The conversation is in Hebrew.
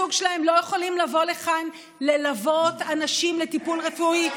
הזוג שלהם לא יכולים לבוא לכאן ללוות אנשים לטיפול רפואי.